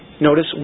notice